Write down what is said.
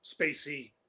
spacey